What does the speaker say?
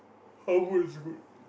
how good is good